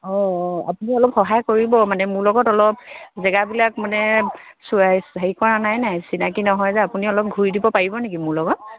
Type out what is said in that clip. অঁ আপুনি অলপ সহায় কৰিব মানে মোৰ লগত অলপ জেগাবিলাক মানে হেৰি কৰা নাইনে চিনাকি নহয় যে আপুনি অলপ ঘূৰি দিব পাৰিব নেকি মোৰ লগত